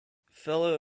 fellow